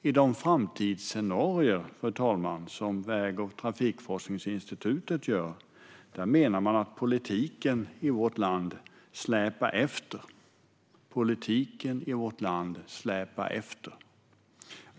I de framtidsscenarier som Statens väg och transportforskningsinstitut har menar man att politiken i vårt land släpar efter.